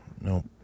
No